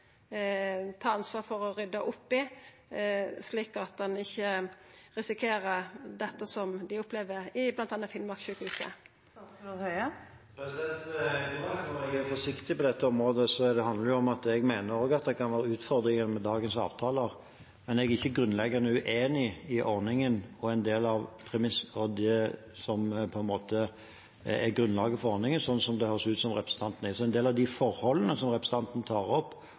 ta ansvar for å rydda opp i, slik at ein ikkje risikerer det som dei opplever ved bl.a. Finnmarkssykehuset? Jeg tror nok at når jeg er forsiktig på dette området, så handler det om at jeg mener det kan være utfordringer med dagens avtaler. Men jeg er ikke grunnleggende uenig i ordningen og en del av premissene for det som er grunnlaget for ordningen, slik det høres ut som om representanten er. En del av de forholdene som representanten tar opp